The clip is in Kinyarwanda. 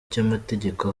cy’amategeko